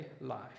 life